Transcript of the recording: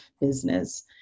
business